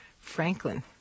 Franklin